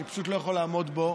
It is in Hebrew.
אני פשוט לא יכול לעמוד בו,